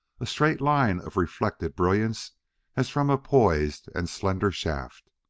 a straight line of reflected brilliance as from a poised and slender shaft.